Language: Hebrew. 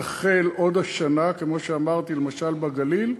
שתחל עוד השנה, כמו שאמרתי למשל בגליל,